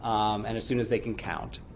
and as soon as they can count.